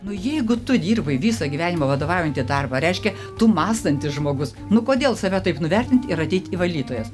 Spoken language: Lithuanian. nu jeigu tu dirbai visą gyvenimą vadovaujantį darbą reiškia tu mąstantis žmogus nu kodėl save taip nuvertint ir ateiti į valytojas